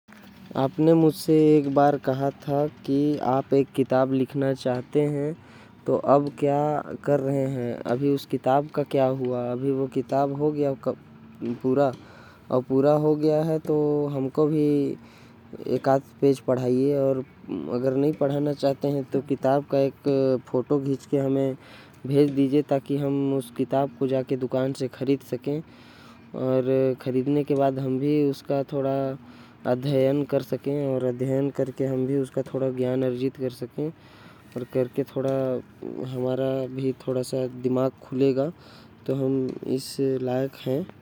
आपने कहा था की आप एक किताब लिख ना चाहते है। क्या हुआ किताब का अगर लिख चुके है तो पढ़ाईयेगा। एको पेज अउ नहीं पढ़ा बे तो बता बे फोटो खींच भेज देबे। बाजार से खरीद के पढ़ लेब ज्ञान अर्जित करब। की का लिखे हस थोड़ा हम भी इस लायक है।